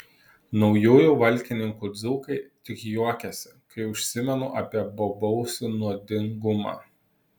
naujųjų valkininkų dzūkai tik juokiasi kai užsimenu apie bobausių nuodingumą